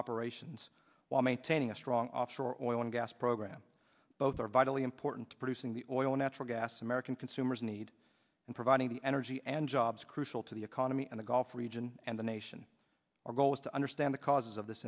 operations while maintaining a strong offshore oil and gas program both are vitally important to producing the oil natural gas american consumers need and providing the energy and jobs crucial to the economy and the gulf region and the nation our goal is to understand the causes of this